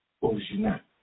original